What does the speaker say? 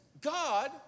God